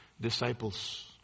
disciples